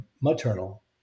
maternal